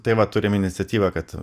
tai va turim iniciatyvą kad